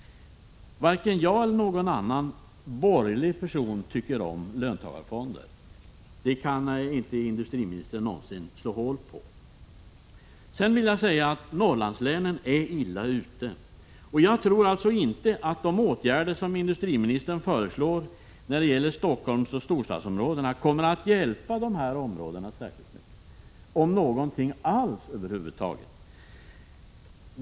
Varken jag eller någon annan borgerlig person tycker om löntagarfonder — det kan inte industriministern ändra på. Norrlandslänen är illa ute, och jag tror inte att de åtgärder som industriministern föreslår när det gäller storstadsområdena kommer att hjälpa dessa områden särskilt mycket — om något alls.